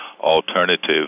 alternative